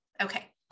Okay